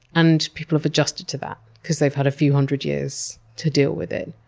and people have adjusted to that because they've had a few hundred years to deal with it.